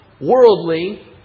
worldly